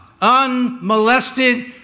unmolested